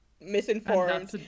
Misinformed